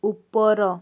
ଉପର